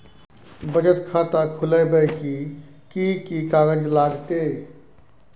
बचत खाता खुलैबै ले कि की कागज लागतै?